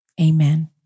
Amen